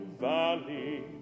valley